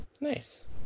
Nice